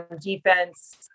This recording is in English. defense